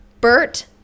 Bert